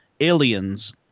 aliens